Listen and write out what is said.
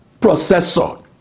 processor